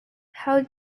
how